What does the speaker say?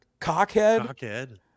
cockhead